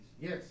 Yes